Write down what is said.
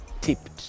tipped